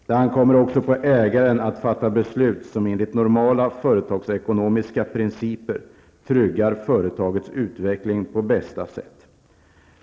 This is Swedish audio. Det ankommer också på ägaren att fatta beslut som enligt normala företagsekonomiska principer tryggar företagets utveckling på bästa sätt.